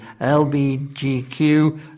LBGQ